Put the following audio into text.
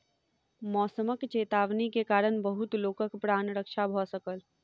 मौसमक चेतावनी के कारण बहुत लोकक प्राण रक्षा भ सकल